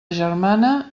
germana